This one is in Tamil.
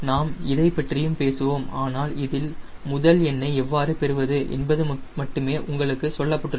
நாம் இதைப் பற்றியும் பேசுவோம் ஆனால் இதில் முதல் எண்ணை எவ்வாறு பெறுவது என்பது மட்டுமே உங்களுக்கு சொல்லப்பட்டுள்ளது